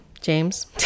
James